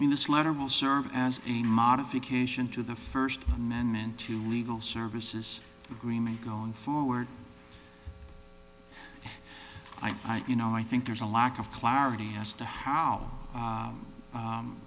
in this letter will serve as a modification to the first amendment to legal services agreement going forward i do know i think there's a lack of clarity as to how